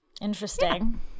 interesting